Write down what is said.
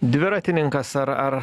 dviratininkas ar ar